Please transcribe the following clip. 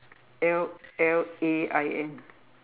L L A I N